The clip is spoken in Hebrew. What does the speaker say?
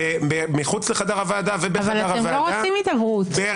מחוץ לחדר הוועדה ובתוך הוועדה -- אבל אתם לא רוצים הידברות.